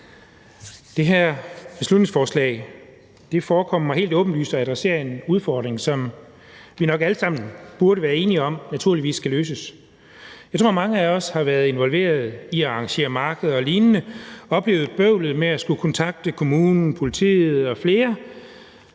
Det her beslutningsforslag forekommer mig helt åbenlyst at adressere en udfordring, som vi nok alle sammen burde være enige om naturligvis skal løses. Jeg tror, mange af os har været involveret i at arrangere markeder og lignende og oplevet bøvlet med at skulle kontakte kommunen, politiet og flere